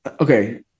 Okay